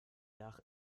dach